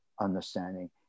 understanding